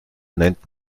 nennt